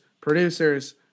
producers